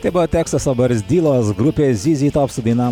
tai buvo teksaso barzdylos grupė zyzi top su daina